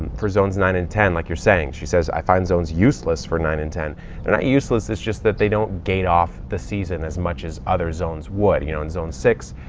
for zones nine and ten, like you're saying. she says, i find zones useless for nine and ten. they're not useless it's just that they don't gate off the season as much as other zones would. you know, in zone six,